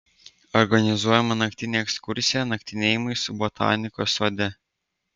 organizuojama naktinė ekskursija naktinėjimai su botanikos sode